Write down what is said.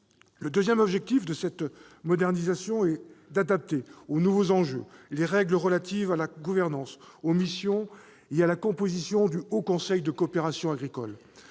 Le deuxième objectif de cette modernisation est d'adapter aux nouveaux enjeux les règles relatives à la gouvernance, aux missions et à la composition du Haut Conseil de coopération agricole.